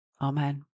Amen